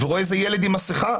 ורואה איזה ילד עם מסכה,